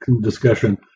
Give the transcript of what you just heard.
discussion